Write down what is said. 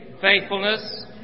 faithfulness